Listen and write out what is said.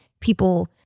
people